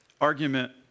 argument